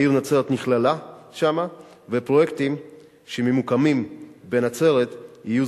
העיר נצרת נכללה שמה ופרויקטים שממוקמים בנצרת יהיו